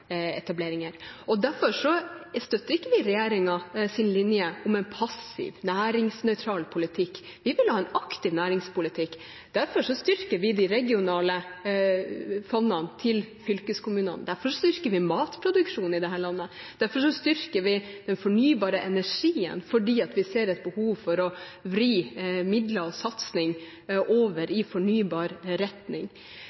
og næringslivsetableringer. Derfor støtter vi ikke regjeringens linje om en passiv, næringsnøytral politikk. Vi vil ha en aktiv næringspolitikk. Derfor styrker vi de regionale fondene til fylkeskommunene. Derfor styrker vi matproduksjonen i dette landet. Derfor styrker vi den fornybare energien fordi vi ser et behov for å vri midler og satsing over